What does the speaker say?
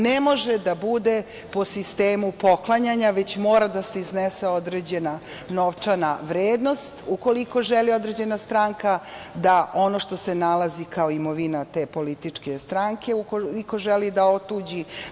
Ne može da bude po sistemu poklanjanja, već mora da se iznese određena novčana vrednost, ukoliko želi određena stranka da ono što se nalazi kao imovina te političke stranke, ukoliko želi da otuđi.